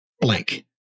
blank